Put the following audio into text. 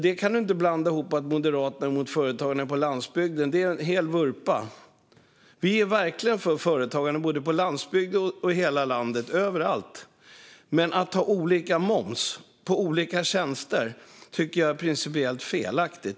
Detta kan du inte blanda ihop med att Moderaterna är emot företagande på landsbygden, för det är en hel vurpa. Vi är verkligen för företagande både på landsbygden och i hela landet - överallt - men att ha olika moms på olika tjänster tycker jag är principiellt felaktigt.